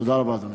תודה רבה, אדוני.